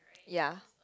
ya